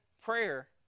prayer